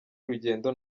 y’urugendo